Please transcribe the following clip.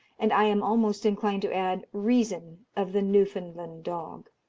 and i am almost inclined to add, reason of the newfoundland dog.